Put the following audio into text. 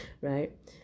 right